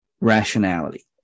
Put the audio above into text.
rationality